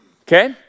Okay